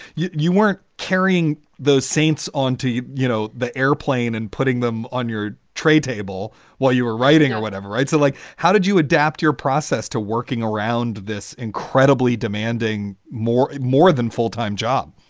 you you weren't carrying those saints on to, you you know, the airplane and putting them on your tray table while you were writing or whatever. right. so like, how did you adapt your process to working around this incredibly demanding more a more than full time job?